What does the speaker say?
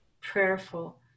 prayerful